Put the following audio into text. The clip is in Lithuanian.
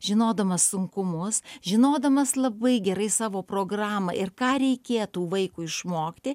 žinodamas sunkumus žinodamas labai gerai savo programą ir ką reikėtų vaikui išmokti